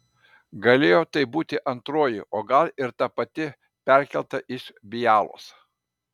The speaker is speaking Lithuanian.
galėjo tai būti antroji o gal ir ta pati perkelta iš bialos